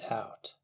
out